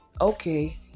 okay